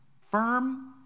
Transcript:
firm